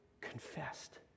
confessed